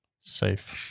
Safe